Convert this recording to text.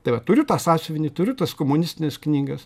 tai va turiu tą sąsiuvinį turiu tas komunistines knygas